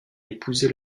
épousé